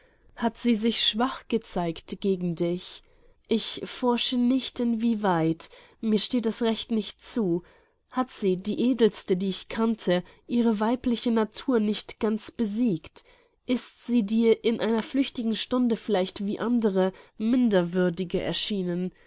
hat sie sich schwach gezeigt gegen dich ich forsche nicht in wie weit mir steht das recht nicht zu hat sie die edelste die ich kannte ihre weibliche natur nicht ganz besiegt ist sie dir in einer flüchtigen stunde vielleicht wie andere minder würdige erschienen